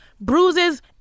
bruises